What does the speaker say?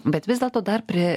bet vis dėlto dar pri